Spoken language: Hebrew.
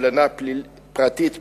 קובלנה פרטית פלילית,